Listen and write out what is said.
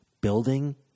building